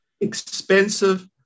expensive